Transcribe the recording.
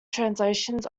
translations